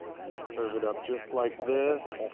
gonna serve it up. just like this